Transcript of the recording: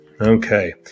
Okay